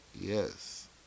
Yes